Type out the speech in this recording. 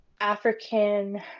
African